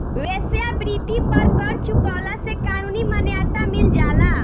वेश्यावृत्ति पर कर चुकवला से कानूनी मान्यता मिल जाला